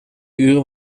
uren